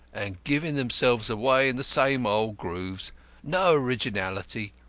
and giving themselves away, in the same old grooves no originality,